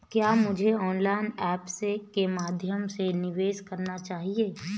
क्या मुझे online apps के माध्यम से निवेश करना चाहिए?